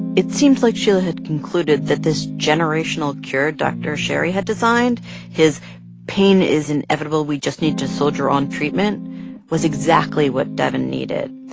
it seemed like sheila had concluded that this generational cure dr. sherry had designed his pain is inevitable, we just need to soldier on treatment was exactly what devin needed.